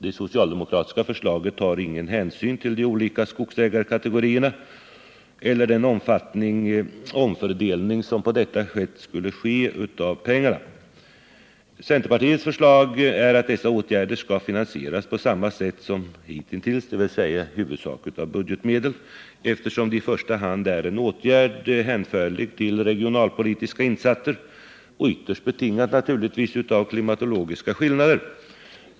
Det socialdemokratiska förslaget tar ingen hänsyn till de olika skogsägarkategorierna eller till den omfördelning av pengarna som på detta sätt skulle kunna ske. Centerpartiets förslag är att dessa åtgärder skall finansieras på samma sätt som hitintills, dvs. i huvudsak av budgetmedel, eftersom en sådan åtgärd i första hand är hänförlig till regionalpolitiska insatser och ytterst betingad av klimatologiska skillnader.